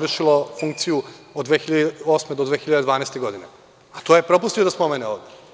vršilo funkciju od 2008. do 2012. godine, a to je propustio da spomene ovde.